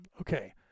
Okay